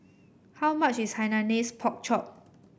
how much is Hainanese Pork Chop